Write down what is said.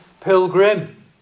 pilgrim